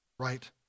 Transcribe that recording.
Right